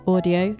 Audio